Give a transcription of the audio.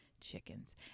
Chickens